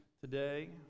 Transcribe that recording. today